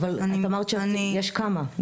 אני אומרת שיש כמה.